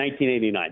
1989